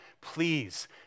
please